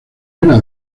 una